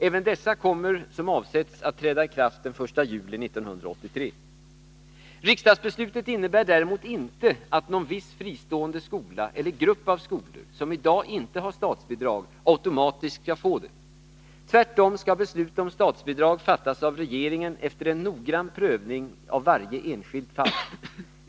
Även dessa kommer, som avsetts, att träda i kraft den 1 juli 1983. Riksdagsbeslutet innebär däremot inte att någon viss fristående skola eller grupp av skolor som i dag inte har statsbidrag automatiskt skall få det. Tvärtom skall beslut om statsbidrag fattas av regeringen efter en noggrann prövning av varje enskilt fall.